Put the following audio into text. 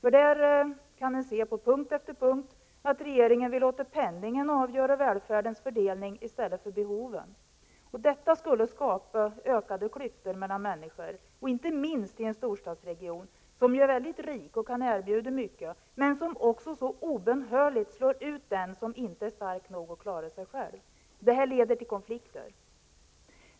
I den kan man på punkt efter punkt se att regeringen vill låta penningen i stället för behoven avgöra välfärdens fördelning. Detta skulle skapa ökade klyftor mellan människor, inte minst i en storstadsregion som är mycket rik och som kan erbjuda mycket men som också så obönhörligt slår ut den som inte är stark nog att klara sig själv. Detta leder till konflikter.